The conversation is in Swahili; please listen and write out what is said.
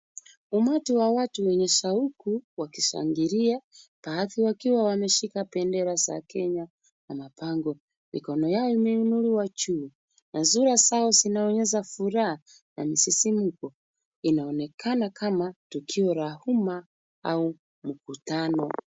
Umati wa watu wenye shauku wakishangilia, baadhi wakiwa wameshika bendera za Kenya na mabango. Mikono yao imeinuliwa juu na sura zao zinaoyesha furaha na msisimuko. Inaonekana kama tukio la umma au mkutano.